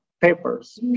papers